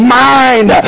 mind